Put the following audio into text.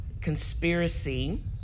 Conspiracy